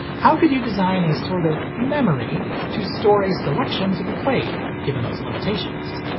how could you design a sort of memory to store a selection to be played given those limitations?